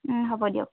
হ'ব দিয়ক